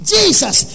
Jesus